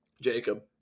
Jacob